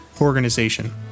organization